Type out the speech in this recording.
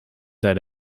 that